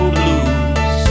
blues